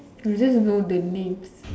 I only know the names